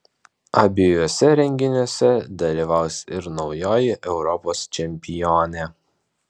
abiejuose renginiuose dalyvaus ir naujoji europos čempionė